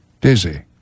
Dizzy